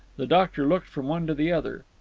the doctor looked from one to the other.